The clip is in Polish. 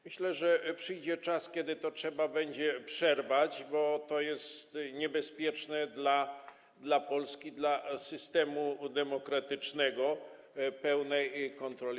Myślę, że przyjdzie czas, kiedy to trzeba będzie przerwać, bo to jest niebezpieczne dla Polski, dla systemu demokratycznego, dla pełnej kontroli.